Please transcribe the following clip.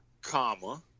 comma